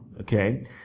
Okay